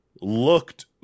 looked